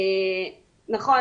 נכון,